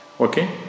Okay